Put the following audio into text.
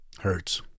hurts